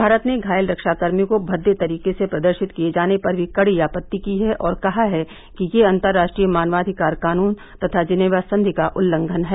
भारत ने घायल रक्षा कर्मी को भद्दे तरीके से प्रदर्शित किए जाने पर भी कड़ी आपत्ति की है और कहा है कि यह अंतर्राष्ट्रीय मानवाधिकार कानून तथा जिनेवा संधि का उल्लंघन है